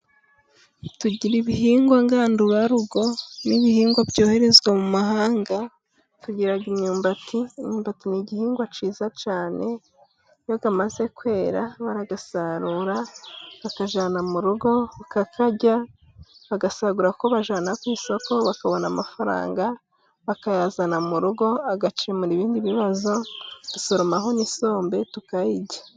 Tugira ibihingwa ngandurarugo n'ibihingwa byoherezwa mu mahanga. Tugira imyumbati, imyumbati ni igihingwa cyiza cyane, iyo imaze kwera barayisarura bakayijyana mu rugo bakayirya, bagasagura iyo bajyana ku isoko bakabona amafaranga, bakayazana mu rugo agakemura ibindi bibazo. Dusoromaho n'isombe tukayirya.